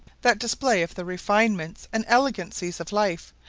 that display of the refinements and elegancies of life,